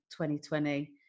2020